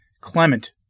Clement